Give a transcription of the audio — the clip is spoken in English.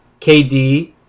KD